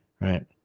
right